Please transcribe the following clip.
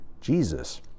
Jesus